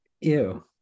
Ew